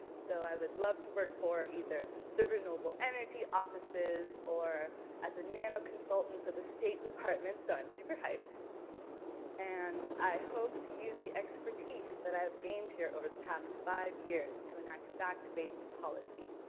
so i would love to work for either the renewable energy offices or as a nano-consultant for the state department. so i'm super hyped and i hope to use the expertise that i've gained here over the past five years to enact fact-based policy.